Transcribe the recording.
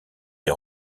des